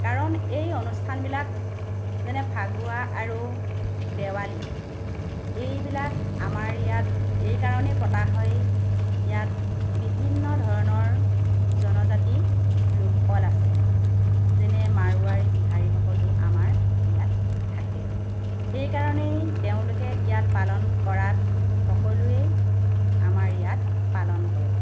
কাৰণ এই অনুষ্ঠানবিলাক যেনে ফাকুৱা আৰু দেৱালী এইবিলাক আমাৰ ইয়াত এইকাৰণে পতা হয় ইয়াত বিভিন্ন ধৰণৰ জনজাতি লোকসকল আছে যেনে মাৰোৱাৰী বিহাৰীসকলো আমাৰ ইয়াত থাকে সেইকাৰণেই তেওঁলোকে ইয়াত পালন কৰাত সকলোৱেই আমাৰ ইয়াত পালন কৰে